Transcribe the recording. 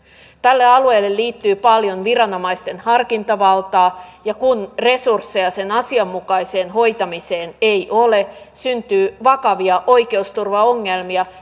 tälle alueelle liittyy paljon viranomaisten harkintavaltaa ja kun resursseja sen asianmukaiseen hoitamiseen ei ole syntyy vakavia oikeusturvaongelmia